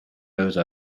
those